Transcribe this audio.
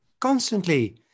Constantly